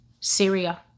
Syria